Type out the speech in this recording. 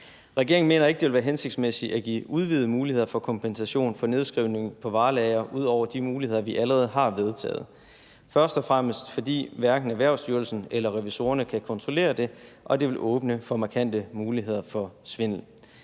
Regeringen mener ikke, det vil være hensigtsmæssigt at give udvidede muligheder for kompensation for nedskrivning på varelagre ud over de muligheder, vi allerede har vedtaget – først og fremmest fordi hverken Erhvervsstyrelsen eller revisorerne kan kontrollere det, og det vil åbne for markante muligheder for svindel.